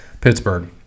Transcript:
Pittsburgh